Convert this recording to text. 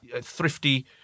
thrifty